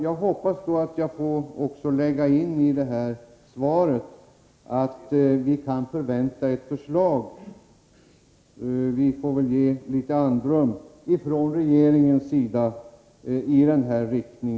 Jag hoppas då att jag får lägga in i svaret att vi kan förvänta oss ett förslag från regeringen — vi får väl ge den litet andrum — i denna riktning.